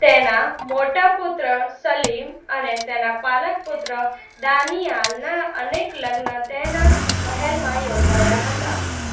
તેના મોટા પુત્ર સલીમ અને તેના પાલક પુત્ર દાનિયાલના અનેક લગ્ન તેના મહેલમાં યોજાયા હતા